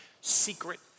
secret